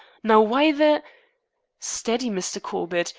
now, why the steady, mr. corbett.